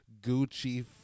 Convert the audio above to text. Gucci